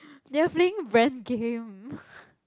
they are playing game